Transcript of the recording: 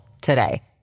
today